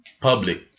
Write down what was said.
Public